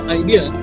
idea